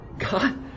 God